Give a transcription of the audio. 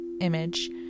image